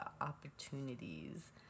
opportunities